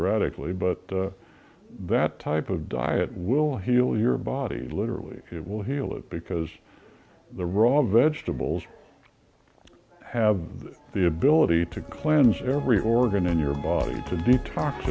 radically but that type of diet will heal your body literally it will heal it because the raw vegetables have the ability to cleanse every organ in your body to be tox